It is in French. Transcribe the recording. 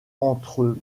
entre